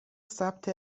ثبت